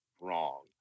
wrong